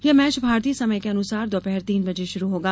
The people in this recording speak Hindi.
यह मैच भारतीय समय के अनुसार दोपहर तीन बजे शुरू होगा